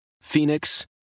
Phoenix